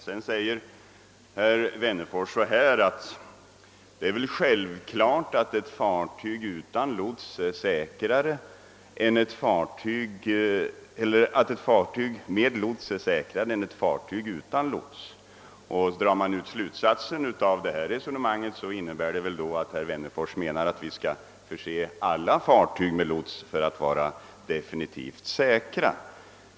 Herr Wennerfors säger att ett fartyg med lots självfallet är säkrare än ett fartyg utan lots. Drar man ut det resonemanget, innebär det väl att herr Wennerfors menar att vi måste förse alla fartyg med lots för att vara definitivt säkra.